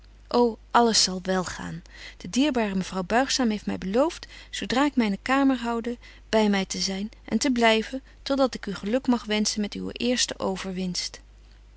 ô alles zal wel gaan de dierbare mevrouw buigzaam heeft my belooft zo dra ik myne kamer houde by my te zyn en te blyven tot dat ik u geluk mag wenschen met uwe eerste overwinst